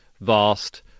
vast